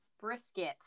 brisket